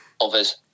others